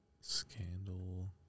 Scandal